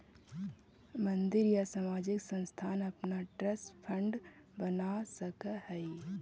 मंदिर या सामाजिक संस्थान अपना ट्रस्ट फंड बना सकऽ हई